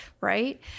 right